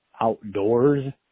outdoors